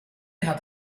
hat